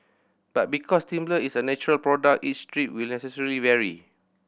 but because timber is a natural product each strip will necessarily vary